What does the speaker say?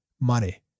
money